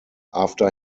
after